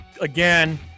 Again